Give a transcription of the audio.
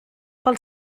per